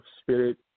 spirit